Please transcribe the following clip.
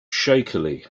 shakily